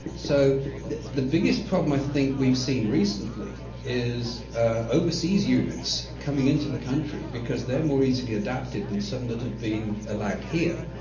so the the biggest problem i think we've seen recently is overseas units coming into the country, because they are more easily adapted than some that have been allowed here.